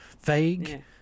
Vague